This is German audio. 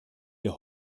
der